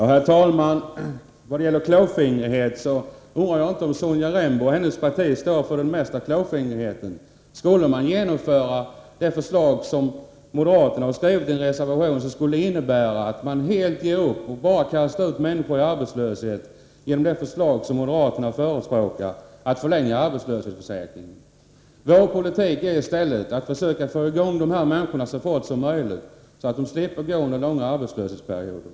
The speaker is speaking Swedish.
Herr talman! När det gäller klåfingrighet undrar jag om inte Sonja Rembo och hennes parti står för den mesta klåfingrigheten. Skulle man genomföra det förslag som moderaterna har skrivit i reservationen skulle det innebära att man helt ger upp och bara kastar ut människor i arbetslöshet. Moderaternas förslag om att arbetslöshetsförsäkringen skall förlängas ger det resultatet. Vår politik är i stället att försöka få i gång de här människorna så fort som möjligt så att de slipper långa arbetslöshetsperioder.